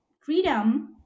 freedom